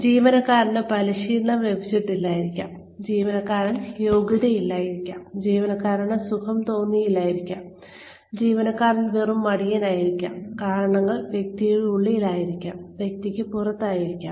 ജീവനക്കാരന് പരിശീലനം ലഭിച്ചിട്ടില്ലായിരിക്കാം ജീവനക്കാരന് യോഗ്യതയില്ലായിരിക്കാം ജീവനക്കാരന് സുഖം തോന്നില്ലായിരിക്കാം ജീവനക്കാരൻ വെറും മടിയനായിരിക്കാം കാരണങ്ങൾ വ്യക്തിയുടെ ഉള്ളിലായിരിക്കാം വ്യക്തിക്ക് പുറത്തായിരിക്കാം